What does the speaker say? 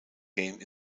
game